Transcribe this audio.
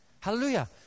Hallelujah